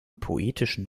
poetischen